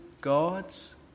God's